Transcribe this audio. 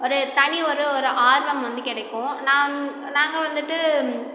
ஒரு தனி ஒரு ஒரு ஆர்வம் வந்து கிடைக்கும் நான் நாங்கள் வந்துவிட்டு